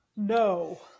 No